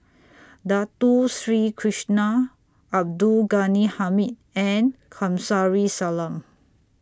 Dato Sri Krishna Abdul Ghani Hamid and Kamsari Salam